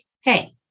Hey